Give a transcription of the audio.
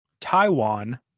Taiwan